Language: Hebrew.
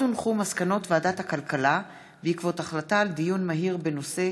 מסקנות ועדת הכלכלה בעקבות דיון מהיר בהצעתו של חבר הכנסת רועי